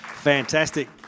fantastic